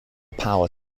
power